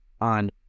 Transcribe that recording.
on